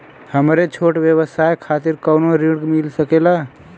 हमरे छोट व्यवसाय खातिर कौनो ऋण मिल सकेला?